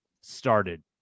started